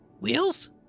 wheels